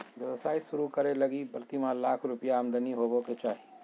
व्यवसाय शुरू करे लगी प्रतिमाह लाख रुपया आमदनी होबो के चाही